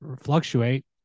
fluctuate